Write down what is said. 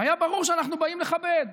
והיה ברור שאנחנו באים לכבד,